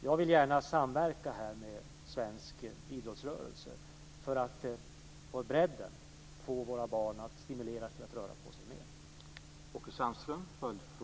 Jag vill gärna samverka här med svensk idrottsrörelse för att på bredden stimulera våra barn att röra på sig mer.